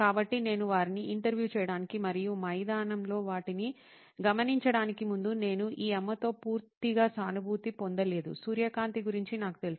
కాబట్టి నేను వారిని ఇంటర్వ్యూ చేయడానికి మరియు మైదానంలో వాటిని గమనించడానికి ముందు నేను ఈ అమ్మతో పూర్తిగా సానుభూతిని పొందలేదు సూర్యకాంతి గురించి నాకు తెలుసు